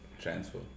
transfer